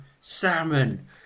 salmon